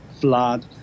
flood